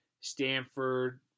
Stanford